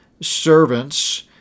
servants